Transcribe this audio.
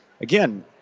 again